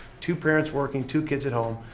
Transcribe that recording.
two parents working, two kids at home,